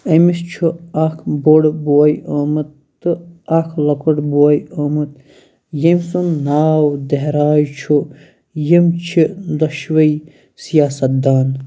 أمِس چھُ اَکھ بوٚڈ بوے آمُت تہٕ اَکھ لۄکُٹ بوے آمُت ییٚمۍ سُنٛد ناو دہراج چھُ یِم چھِ دۄشوٕے سِیاست دان